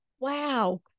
wow